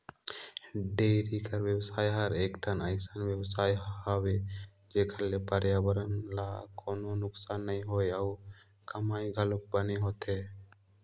dairy कर बेवसाय हर एकठन अइसन बेवसाय हवे जेखर ले परयाबरन ल कोनों नुकसानी नइ होय अउ कमई घलोक बने होथे